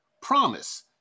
promise